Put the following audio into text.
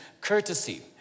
courtesy